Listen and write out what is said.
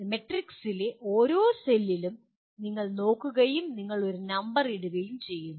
മാട്രിക്സിലെ ഓരോ സെല്ലിലും നിങ്ങൾ നോക്കുകയും നിങ്ങൾ ഒരു നമ്പർ ഇടുകയും ചെയ്യുന്നു